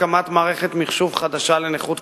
אנחנו לא מדברים כעת על הכשרון של חבר הכנסת נסים זאב.